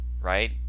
Right